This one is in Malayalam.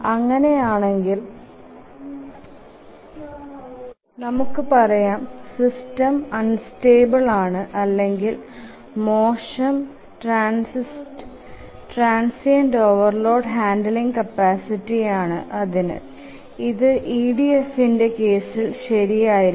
അങ്ങനെ ആണെകിൽ നമുക്ക് പറയാം സിസ്റ്റം അൺസ്റ്റേബിൾ ആണ് അല്ലെകിൽ മോശം ട്രാന്സിറ്ന്റ് ഓവർലോഡ് ഹാൻഡ്ലിങ് കപ്പാസിറ്റി ആണ് അതിനു ഇതു EDF ന്ടെ കേസിൽ ശെരി ആയിരുന്നു